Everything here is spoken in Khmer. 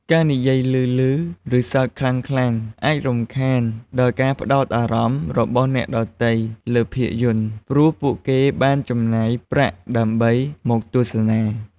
ការនិយាយឮៗ ឬសើចខ្លាំងៗអាចរំខានដល់ការផ្តោតអារម្មណ៍របស់អ្នកដទៃលើភាពយន្ត ព្រោះពួកគេបានចំណាយប្រាក់ដើម្បីមកទស្សនា។